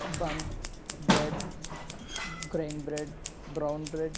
bun bread grain bread brown bread